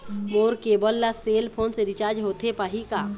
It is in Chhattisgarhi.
मोर केबल ला सेल फोन से रिचार्ज होथे पाही का?